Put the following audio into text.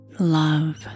Love